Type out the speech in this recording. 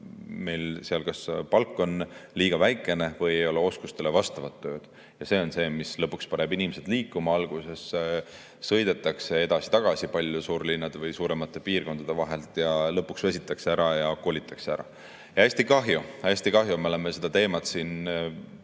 meil on seal kas palk liiga väike või ei ole oskustele vastavat tööd. See on see, mis lõpuks paneb inimesed liikuma. Alguses sõidetakse edasi-tagasi palju suurlinnade või suuremate piirkondade vahet, aga lõpuks väsitakse ära ja kolitakse ära. Ja sellest on hästi kahju. Hästi kahju! Me oleme seda teemat siin